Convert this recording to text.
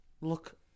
look